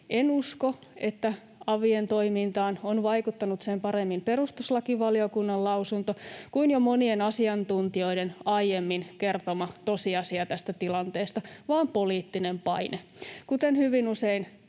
En usko, että avien toimintaan on vaikuttanut sen paremmin perustuslakivaliokunnan lausunto kuin jo monien asiantuntijoiden aiemmin kertoma tosiasia tästä tilanteesta, vaan poliittinen paine. Kuten hyvin usein